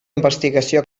investigació